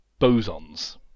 bosons